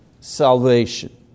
salvation